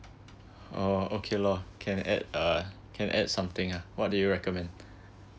uh okay lor can add ah can add something ah what do you recommend